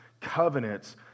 covenants